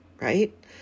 right